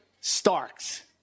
Starks